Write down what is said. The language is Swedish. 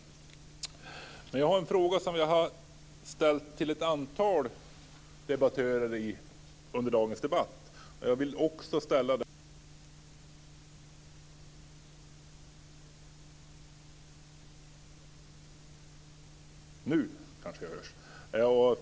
Jag har en fråga som jag har ställt till ett antal debattörer under dagens debatt.